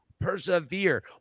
persevere